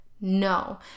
no